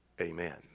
amen